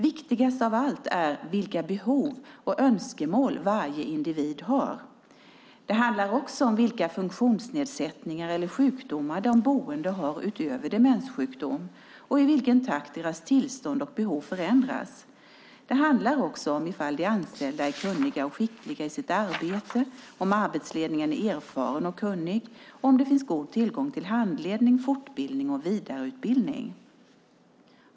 Viktigast av allt är vilka behov och önskemål varje individ har. Det handlar också om vilka funktionsnedsättningar eller sjukdomar de boende har utöver demenssjukdom och i vilken takt deras tillstånd och behov förändras. Det handlar också om i fall de anställda är kunniga och skickliga i sitt arbete, om arbetsledningen är erfaren och kunnig och om det finns god tillgång till handledning, fortbildning och vidareutbildning.